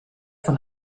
von